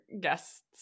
guests